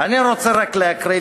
אני רוצה רק להקריא,